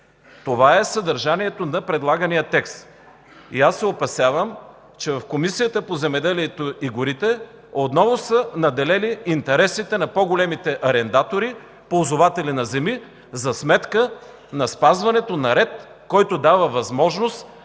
Това е съдържанието на предлагания текст и аз се опасявам, че в Комисията по земеделието и горите отново са надделели интересите на по-големите арендатори, ползватели на земи за сметка на спазването на ред, който дава възможност